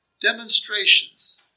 demonstrations